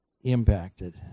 impacted